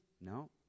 No